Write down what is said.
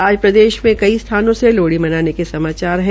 आज प्रदेश में कई स्थानों से लोहड़ी मनाने के समाचार है